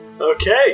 Okay